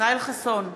ישראל חסון,